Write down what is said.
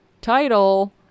title